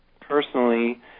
personally